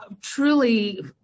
truly